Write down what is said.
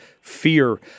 fear